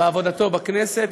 בעבודתו בכנסת,